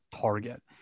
target